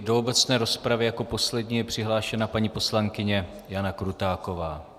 Do obecné rozpravy je jako poslední přihlášena paní poslankyně Jana Krutáková.